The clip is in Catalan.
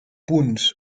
punts